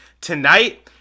tonight